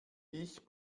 ich